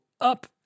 up